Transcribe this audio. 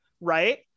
right